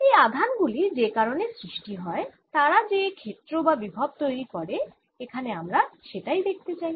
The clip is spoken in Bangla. এই আধান গুলি যে কারণে সৃষ্টি হয় তারা যে ক্ষেত্র বা বিভব তৈরি করে এখানে আমরা সেটাই দেখতে চাই